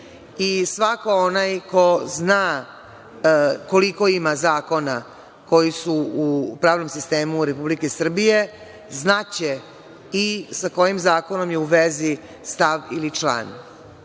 i svako onaj ko zna koliko ima zakona koji su u pravnom sistemu Republike Srbije znaće i sa kojim zakonom je u vezi stav ili član